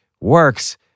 works